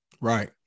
Right